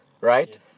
right